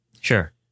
sure